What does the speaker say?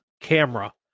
camera